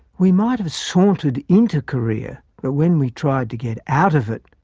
we might have sauntered into korea, but when we tried to get out of it,